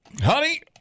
Honey